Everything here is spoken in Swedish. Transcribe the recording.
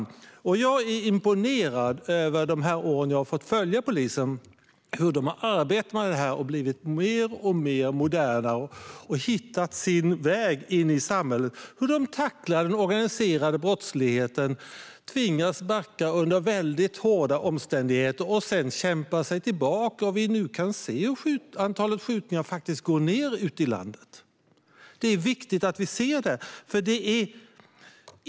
Genom de år som jag har fått följa hur polisen har arbetat med omorganisationen har jag blivit imponerad över hur de har blivit mer och mer moderna, hur de har hittat sin väg in i samhället. De har tacklat den organiserade brottsligheten, och de har tvingats backa under hårda omständigheter och sedan kämpa sig tillbaka. Vi kan nu se att antalet skjutningar minskar ute i landet. Det är viktigt att vi ser detta.